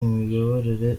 imiyoborere